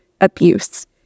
abuse